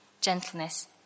gentleness